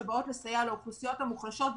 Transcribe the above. שבאות לסייע לאוכלוסיות המוחלשות בפריפריה: